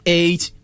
eight